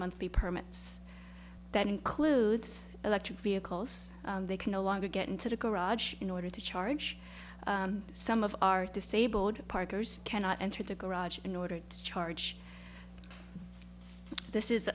monthly permits that includes electric vehicles they can no longer get into the garage in order to charge some of our disabled parkers cannot enter the garage in order to charge this is